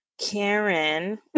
Karen